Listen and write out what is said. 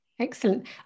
Excellent